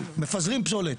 מפזרים פסולת